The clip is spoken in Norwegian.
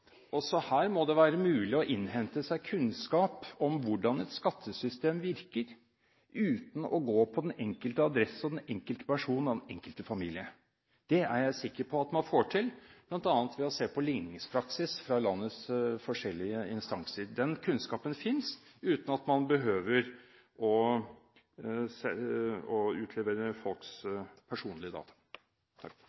også her må det være mulig å innhente kunnskap om hvordan et skattesystem virker, uten å gå til den enkelte adresse, den enkelte person og den enkelte familie. Det er jeg sikker på at man får til, bl.a. ved å se på ligningspraksis hos landets forskjellige instanser. Den kunnskapen finnes, uten at man behøver å utlevere folks